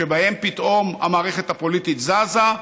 שבהן פתאום המערכת הפוליטית זזה.